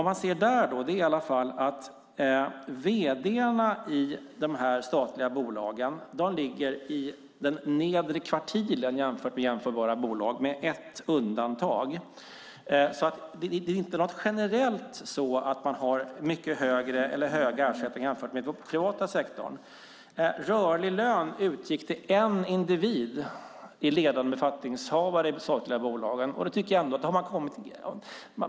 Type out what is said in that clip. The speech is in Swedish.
Man ser där att vd:arna i de statliga bolagen ligger i den nedre kvartilen jämfört med jämförbara bolag med ett undantag. Det är inte generellt så att man har mycket höga eller höga ersättningar jämfört med den privata sektorn. Rörlig lön utgick till en individ som ledande befattningshavare i de statliga bolagen.